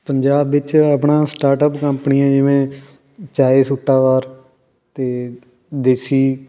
ਪੰਜਾਬ ਵਿੱਚ ਆਪਣਾ ਸਟਾਰਟਅੱਪ ਕੰਪਨੀਆਂ ਜਿਵੇਂ ਚਾਏ ਸੂਟਾ ਵਾਰ ਅਤੇ ਦੇਸੀ